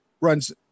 runs –